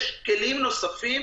יש כלים נוספים,